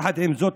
יחד עם זאת,